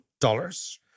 dollars